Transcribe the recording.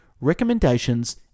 recommendations